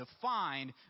defined